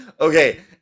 okay